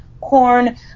corn